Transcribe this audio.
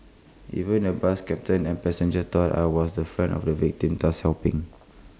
even the bus captain and passenger thought I was the friend of the victim thus helping